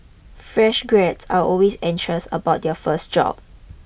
fresh graduates are always anxious about their first job